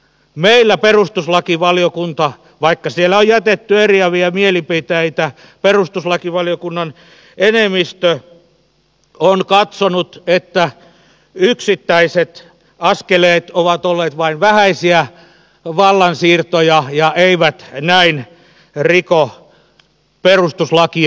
meillä perustuslakivaliokunnassa vaikka siellä on jätetty eriäviä mielipiteitä perustuslakivaliokunnan enemmistö on katsonut että yksittäiset askeleet ovat olleet vain vähäisiä vallansiirtoja ja eivät näin riko perustuslakia